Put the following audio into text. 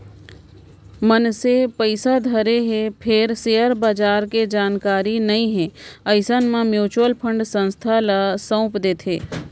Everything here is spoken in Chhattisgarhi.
मनसे पइसा धरे हे फेर सेयर बजार के जानकारी नइ हे अइसन म म्युचुअल फंड संस्था ल सउप देथे